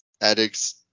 addicts